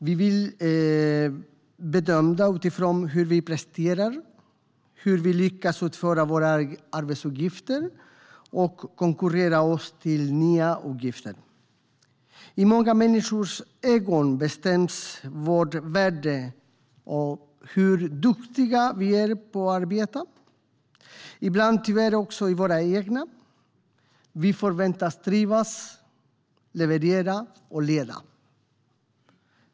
Vi blir bedömda utifrån hur vi presterar och hur vi lyckas utföra våra arbetsuppgifter och konkurrera oss till nya uppgifter. I många människors ögon bestäms vårt värde av hur duktiga vi är på att arbeta. Ibland tyvärr också i våra egna. Vi förväntas trivas, leverera och leda.